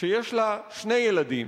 שיש לה שני ילדים.